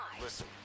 Listen